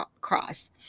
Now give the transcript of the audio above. cross